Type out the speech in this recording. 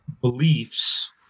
beliefs